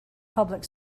public